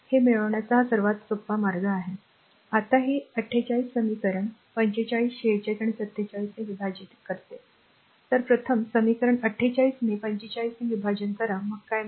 हे मिळवण्याचा हा सर्वात सोपा मार्ग आहे आता हे 48 समीकरण समीकरण 45 46 आणि 47 ने विभाजित करते तर प्रथम समीकरण r 48 ने r 45 ने विभाजन करा मग काय मिळेल